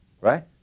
Right